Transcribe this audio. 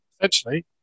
essentially